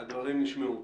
הדברים נשמעו.